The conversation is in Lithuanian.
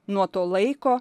nuo to laiko